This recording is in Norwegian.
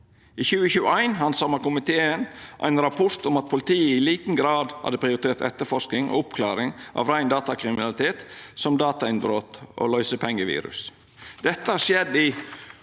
I 2021 handsama komiteen ein rapport om at politiet i liten grad hadde prioritert etterforsking og oppklaring av rein datakriminalitet, som datainnbrot og løysepengevirus. Dette har skjedd i